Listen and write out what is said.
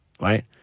right